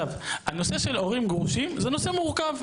הנושא של הורים גרושים זה נושא מורכב.